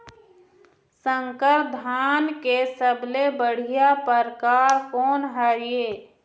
संकर धान के सबले बढ़िया परकार कोन हर ये?